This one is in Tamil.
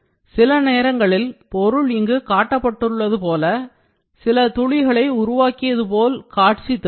சில நேரங்களில் பொருள் இங்கு காட்டப்பட்டுள்ளது போல சில துளிகளை உருவாக்கியது போல காட்சிதரும்